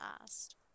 asked